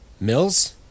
Mills